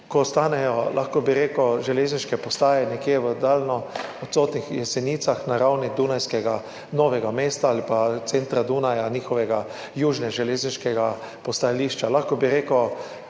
ko ostanejo, lahko bi rekel, železniške postaje nekje v daljno odsotnih Jesenicah na ravni Dunajskega Novega mesta ali pa centra Dunaja, njihovega južnega železniškega postajališča. Lahko bi rekel